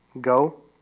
Go